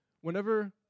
Whenever